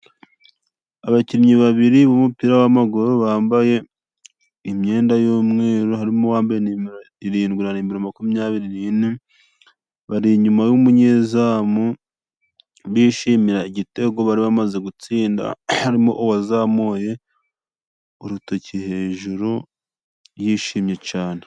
Abakinnyi babiri b'umupira w'amaguru bambaye imyenda y'umweru, harimo uwambaye nimero irindwi na nimero makumyabiri nine, bari inyuma y'umunyezamu bishimira igitego bari bamaze gutsinda, harimo uwazamuye urutoki hejuru yishimye cane.